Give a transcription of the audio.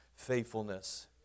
faithfulness